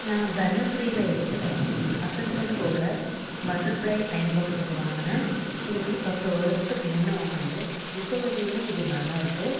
நான் தர்மபுரியில் இருக்கிற வசந்த் அன்ட் கோவில் பட்டர்ஃப்ளை அயர்ன் பாக்ஸ் ஒன்று வாங்கினேன் இது வந்து பத்து வருஷத்துக்கு முன்ன வாங்கினது இப்போ வரையிலுமே இது நல்லா இருக்கு